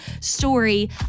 story